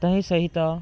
ତହିଁ ସହିତ